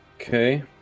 Okay